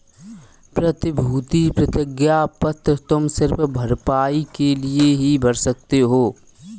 प्रतिभूति प्रतिज्ञा पत्र तुम सिर्फ भरपाई के लिए ही भर सकते हो